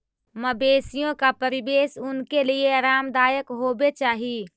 मवेशियों का परिवेश उनके लिए आरामदायक होवे चाही